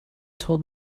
told